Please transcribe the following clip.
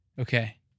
Okay